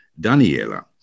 Daniela